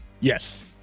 Yes